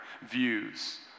views